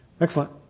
Excellent